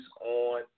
on